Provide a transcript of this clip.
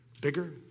bigger